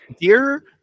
Dear